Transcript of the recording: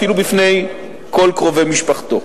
אפילו בפני כל קרובי משפחתו.